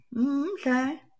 Okay